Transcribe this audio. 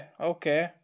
okay